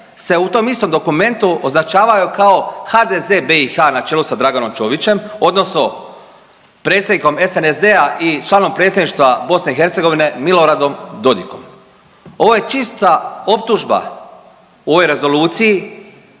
se u tom istom dokumentu označavaju kao HDZ BiH na čelu sa Dragonom Čovićem odnosno predsjednikom SNSD-a i članom predsjedništva BiH Miloradom Dodikom. Ovo je čista optužba u ovoj rezoluciji